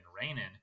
raining